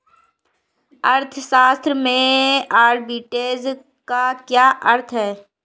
अर्थशास्त्र में आर्बिट्रेज का क्या अर्थ है?